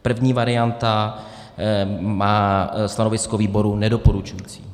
První varianta stanovisko výboru nedoporučující.